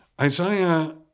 Isaiah